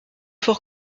fort